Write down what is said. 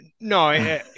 No